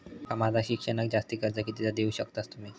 माका माझा शिक्षणाक जास्ती कर्ज कितीचा देऊ शकतास तुम्ही?